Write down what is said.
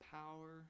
power